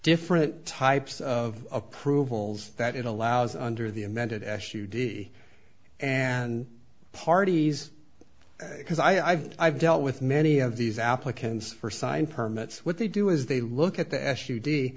different types of approvals that it allows under the amended s u d and parties because i've i've dealt with many of these applicants for sign permits what they do is they look at the s